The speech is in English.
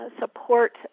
support